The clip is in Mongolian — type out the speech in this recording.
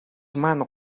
маань